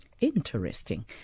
Interesting